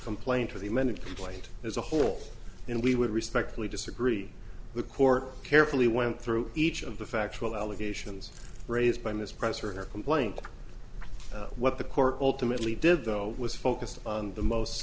complaint to the amended complaint as a whole and we would respectfully disagree the court carefully went through each of the factual allegations raised by ms press for her complaint what the court ultimately did though was focused on the most